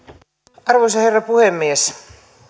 arvoisa herra puhemies